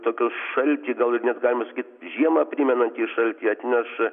tokios šaltį gal ir net galima sakyti žiemą primenantį šaltį atneš